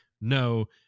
no